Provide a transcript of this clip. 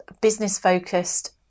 business-focused